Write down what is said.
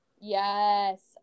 Yes